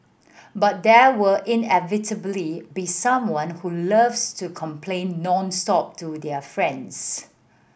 but there will inevitably be someone who loves to complain nonstop to their friends